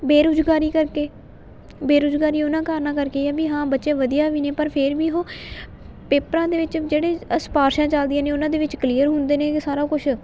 ਬੇਰੁਜ਼ਗਾਰੀ ਕਰਕੇ ਬੇਰੁਜ਼ਗਾਰੀ ਉਹਨਾਂ ਕਾਰਨਾਂ ਕਰਕੇ ਆ ਵੀ ਹਾਂ ਬੱਚੇ ਵਧੀਆ ਵੀ ਨੇ ਪਰ ਫੇਰ ਵੀ ਉਹ ਪੇਪਰਾਂ ਦੇ ਵਿੱਚ ਜਿਹੜੇ ਅ ਸਿਫਾਰਸ਼ਾਂ ਚੱਲਦੀਆਂ ਨੇ ਉਹਨਾਂ ਦੇ ਵਿੱਚ ਕਲੀਅਰ ਹੁੰਦੇ ਨੇ ਸਾਰਾ ਕੁਛ